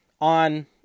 on